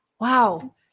Wow